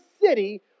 city